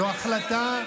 זו החלטה,